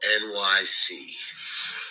nyc